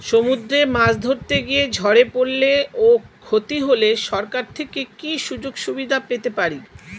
সমুদ্রে মাছ ধরতে গিয়ে ঝড়ে পরলে ও ক্ষতি হলে সরকার থেকে কি সুযোগ সুবিধা পেতে পারি?